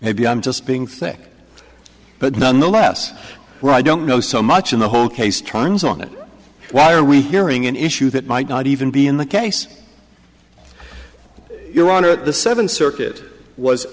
maybe i'm just being thick but nonetheless where i don't know so much in the whole case turns on it why are we hearing an issue that might not even be in the case your honor the seventh circuit was